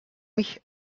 mich